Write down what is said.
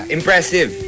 Impressive